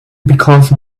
because